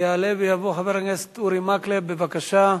יעלה ויבוא חבר הכנסת אורי מקלב, בבקשה.